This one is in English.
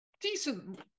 decent –